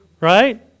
right